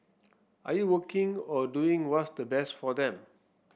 are you working or doing what's the best for them